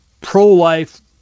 pro-life